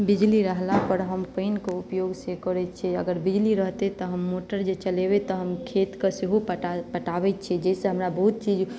बिजली रहलापर हम पानिके उपयोग से करैत छी अगर बिजली रहतै तऽ हम मोटर जे चलेबै तऽ हम खेतके सेहो पटा पटाबैत छी जाहिसँ हमरा बहुत चीज